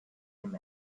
him